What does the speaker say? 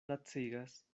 lacigas